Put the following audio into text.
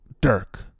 Dirk